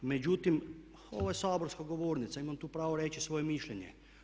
Međutim, ovo je saborska govornica i imam tu pravo reći svoje mišljenje.